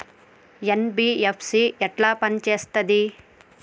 NBFC ఎట్ల పని చేత్తది?